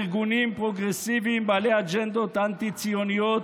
ארגונים פרוגרסיביים בעלי אג'נדות אנטי-ציוניות,